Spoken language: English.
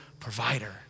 Provider